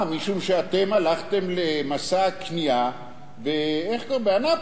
משום שאתם הלכתם למסע קנייה באנאפוליס.